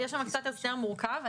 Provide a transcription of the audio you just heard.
זה קצת יותר מורכב.